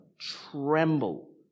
tremble